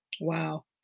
Wow